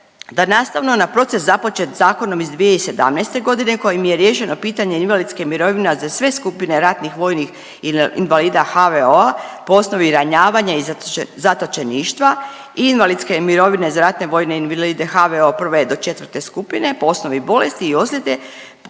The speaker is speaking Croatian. da nastavno na proces započet zakonom iz 2017.g. kojim je riješeno pitanje invalidske mirovine, a za sve skupine ratnih vojnih invalida HVO-a po osnovi ranjavanja i zatočeništva i invalidske mirovine za ratne vojne invalide HVO od 1. do 4. skupine po osnovi bolesti i ozljede,